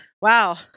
wow